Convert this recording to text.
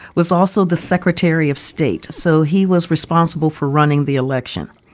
was also the secretary of state. so he was responsible for running the election.